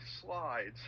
slides